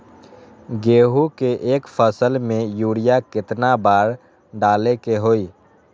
गेंहू के एक फसल में यूरिया केतना बार डाले के होई?